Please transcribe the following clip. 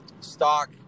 stock